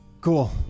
Cool